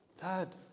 Dad